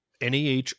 NEH